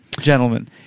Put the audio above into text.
gentlemen